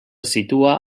situa